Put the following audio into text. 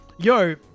yo